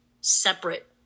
separate